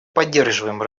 поддерживаем